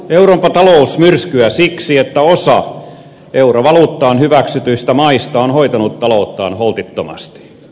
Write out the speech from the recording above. euroopan talous myrskyää siksi että osa eurovaluuttaan hyväksytyistä maista on hoitanut talouttaan holtittomasti